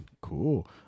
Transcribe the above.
Cool